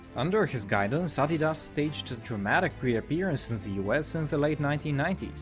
under his guidance, ah adidas staged a dramatic reappearance in the us in the late nineteen ninety s,